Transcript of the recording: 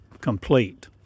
complete